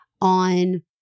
on